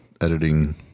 editing